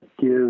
give